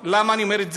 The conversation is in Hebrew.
למה אני אומר את זה?